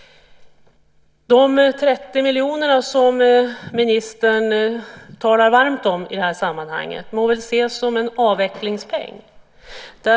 De 30 miljoner som ministern talar varmt om i detta sammanhang må väl ses som en avvecklingspeng.